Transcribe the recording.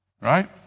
right